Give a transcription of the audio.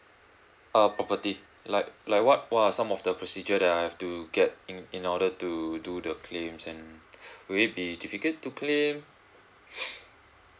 err property like like what what are some of the procedure that I have to get in in order to do the claims and will it be difficult to claim